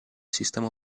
sistema